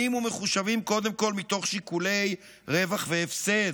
ומחושבים קודם כול מתוך שיקולי רווח והפסד.